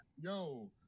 yo